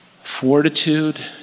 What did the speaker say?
fortitude